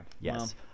Yes